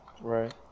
Right